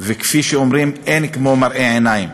כפי שאומרים: אין כמו מראה עיניים.